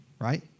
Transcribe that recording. right